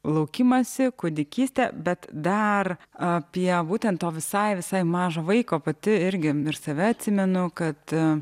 laukimąsi kūdikystę bet dar apie būtent to visai visai mažo vaiko pati irgi ir save atsimenu kad